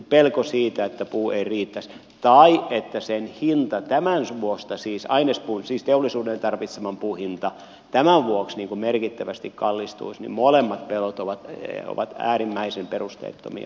pelko siitä että puu ei riittäisi tai että sen hinta siis ainespuun siis teollisuuden tarvitseman puun tämän vuoksi merkittävästi kallistuisi molemmat pelot ovat äärimmäisen perusteettomia